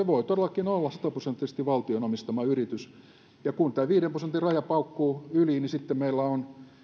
voi todellakin olla sataprosenttisesti valtion omistama yritys ja kun tämä viiden prosentin raja paukkuu yli sitten meillä on